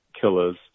killers